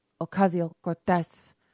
Ocasio-Cortez